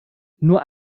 nur